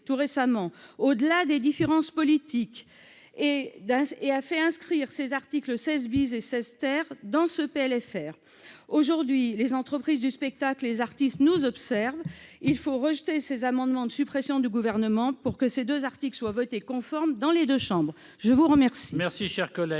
tout récemment, au-delà des différences politiques, pour inscrire les articles 16 et 16 dans ce PLFR. Aujourd'hui, les entreprises du spectacle et les artistes nous observent. Il faut rejeter ces amendements de suppression du Gouvernement pour que les deux articles mentionnés soient votés conformes dans les deux chambres. Je mets aux voix